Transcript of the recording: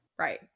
Right